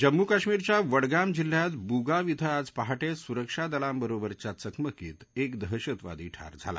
जम्मू कश्मीरच्या वडगाम जिल्ह्यात बुगाव क्रे आज पहाटजुिरक्षा दलांबरोबस्च्या चकमकीत एक दहशतवादी ठार झाला